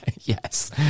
yes